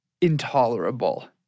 intolerable